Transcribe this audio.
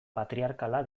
patriarkala